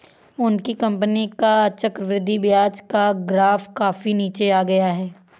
उनकी कंपनी का चक्रवृद्धि ब्याज का ग्राफ काफी नीचे आ गया है